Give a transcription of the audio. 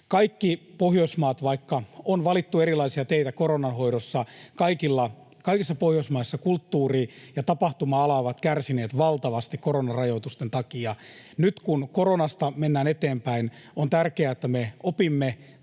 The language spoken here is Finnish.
millään tavalla. Vaikka on valittu erilaisia teitä koronan hoidossa, kaikissa Pohjoismaissa kulttuuri- ja tapahtuma-ala ovat kärsineet valtavasti koronarajoitusten takia. Nyt kun koronasta mennään eteenpäin, on tärkeää, että me opimme